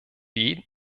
jeden